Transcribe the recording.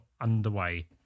underway